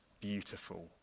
beautiful